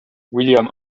william